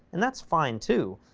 and that's fine too,